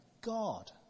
God